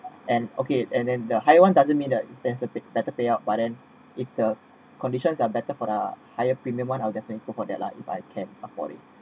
and okay and then the high one doesn't mean better payout but then if the conditions are better for our higher premium one I'll definitely go for that lah if I can afford it